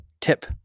tip